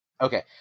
Okay